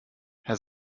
herr